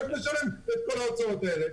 איך נשלם את כל ההוצאות האלה?